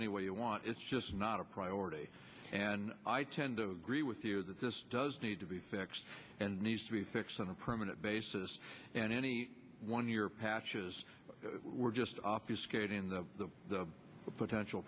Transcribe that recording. any way you want it's just not a priority and i tend to agree with you that this does need to be fixed and needs to be fixed on a permanent basis and any one year patches were just obvious kate in the potential